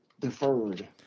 Deferred